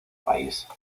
país